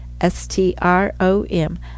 S-T-R-O-M